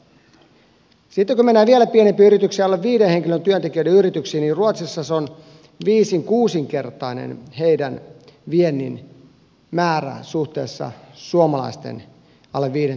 sitten kun mennään vielä pienempiin yrityksiin alle viiden työntekijän yrityksiin niin ruotsissa on viisinkuusinkertainen heidän vientinsä määrä suhteessa suomalaisiin alle viiden työntekijän yrityksiin